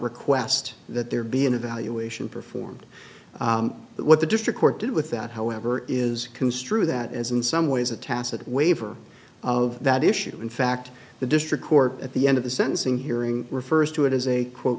request that there be an evaluation performed but what the district court did with that however is construe that as in some ways a tacit waiver of that issue in fact the district court at the end of the sentencing hearing refers to it as a quote